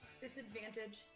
Disadvantage